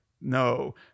no